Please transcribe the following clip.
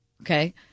Okay